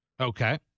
Okay